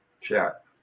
chat